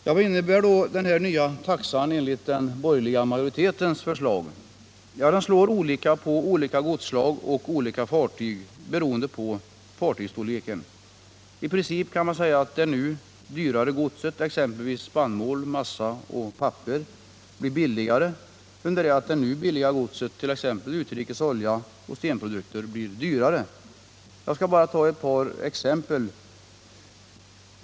Vad innebär då den nya taxan enligt den borgerliga majoritetens förslag? Den slår olika för olika godsslag och olika fartyg, beroende på fartygsstorlek. I princip blir det nu dyrare godset —- exempelvis spannmål, massa och papper — billigare under det att det nu billiga godset — t.ex. importerade mineraloljor och stenprodukter — blir dyrare. Jag skall bara redovisa ett par exempel.